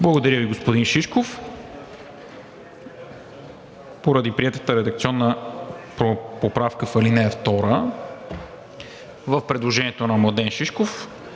Благодаря Ви, господин Шишков. Поради приетата редакционна поправка в ал. 2 в предложението на Младен Шишков